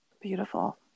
Beautiful